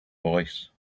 voice